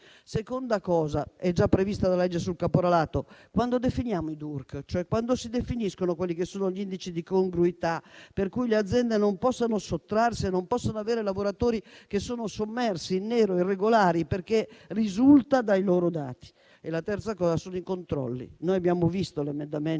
Seconda azione, già prevista dalla legge sul caporalato: quando definiamo i DURC, cioè quando si definiscono gli indici di congruità a cui le aziende non possono sottrarsi e non possono avere lavoratori che sono sommersi in nero e irregolari, perché risulta dai loro dati? La terza cosa da fare è sui controlli: noi abbiamo visto l'emendamento